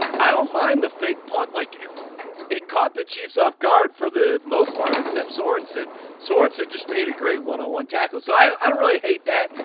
i don't mind the fake punt like a court the chiefs off guard for the most part except sorensen sorenson just made a great one on one tackle side. i i don't really hate that.